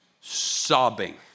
sobbing